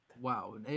Wow